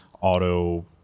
auto